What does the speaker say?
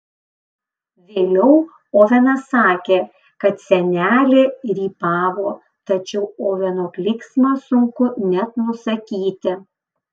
vėliau ovenas sakė kad senelė rypavo tačiau oveno klyksmą sunku net nusakyti